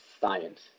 Science